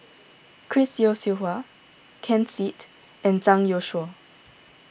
Chris Yeo Siew Hua Ken Seet and Zhang Youshuo